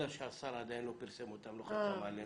אלא שהשר עדיין לא פרסם אותן, לא חתם עליהן.